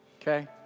okay